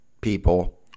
people